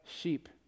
sheep